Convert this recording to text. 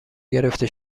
گرفته